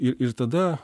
ir ir tada